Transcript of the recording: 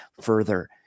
further